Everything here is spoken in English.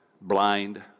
blind